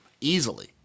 easily